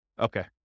Okay